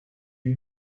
you